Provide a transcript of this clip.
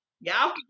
Y'all